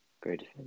great